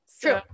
True